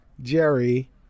Jerry